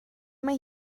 mai